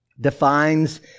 defines